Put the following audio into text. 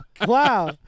Wow